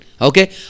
Okay